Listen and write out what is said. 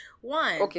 one